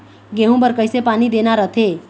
गेहूं बर कइसे पानी देना रथे?